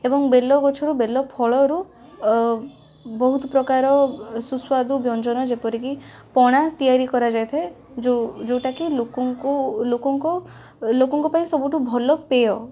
ଏବଂ ବେଲ ଗଛରୁ ବେଲଫଳରୁ ଅ ବହୁତପ୍ରକାର ସୁସ୍ବାଦୁ ବ୍ୟଞ୍ଜନ ଯେପରିକି ପଣା ତିଆରି କରାଯାଇଥାଏ ଯେଉଁ ଯେଉଁଟାକି ଲୋକଙ୍କୁ ଲୋକଙ୍କ ଲୋକଙ୍କପାଇଁ ସବୁଠୁ ଭଲପେୟ